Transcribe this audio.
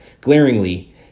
glaringly